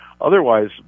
Otherwise